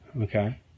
Okay